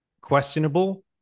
questionable